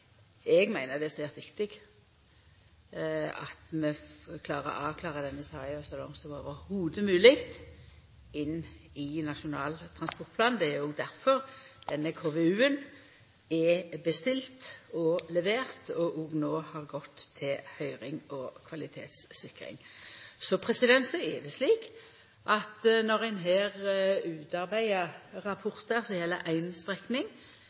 Eg meiner det er svært viktig at vi avklarar denne saka så langt som det er mogleg, i Nasjonal transportplan. Det er òg difor denne konseptutvalutgreiinga er bestilt og levert og òg no er send til høyring og kvalitetssikring. Så er det slik at når ein utarbeider rapportar som gjeld ei strekning,